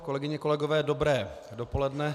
Kolegyně, kolegové, dobré dopoledne.